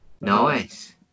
Nice